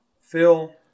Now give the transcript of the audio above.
Phil